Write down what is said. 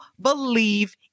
believe